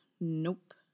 Nope